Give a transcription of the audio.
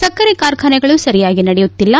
ಸಕ್ಕರೆ ಕಾರ್ಖನೆಗಳು ಸರಿಯಾಗಿ ನಡೆಯುತ್ತಿಲ್ಲ